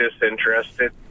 disinterested